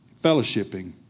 fellowshipping